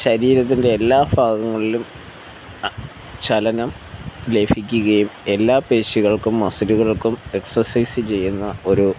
ശരീരത്തിൻ്റെ എല്ലാ ഭാഗങ്ങളിലും ചലനം ലഭിക്കുകയും എല്ലാ പേശികൾക്കും മസില്കൾക്കും എക്സസൈസ് ചെയ്യുന്ന ഒരു